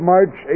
March